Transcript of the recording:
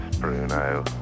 Bruno